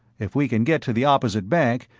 if we can get to the opposite bank,